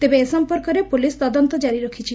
ତେବେ ଏ ସମ୍ମର୍କରେ ପୁଲିସ୍ ତଦନ୍ତ ଜାରି ରଖିଛି